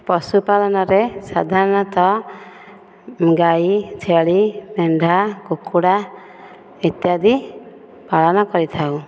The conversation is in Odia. ପଶୁପାଳନରେ ସାଧାରଣତଃ ଗାଈ ଛେଳି ମେଣ୍ଢା କୁକୁଡ଼ା ଇତ୍ୟାଦି ପାଳନ କରିଥାଉ